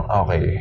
okay